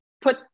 put